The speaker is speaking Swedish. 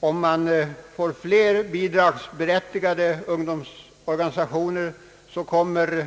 Om man får flera bidragsberättigade ungdomsorganisationer skulle